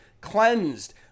cleansed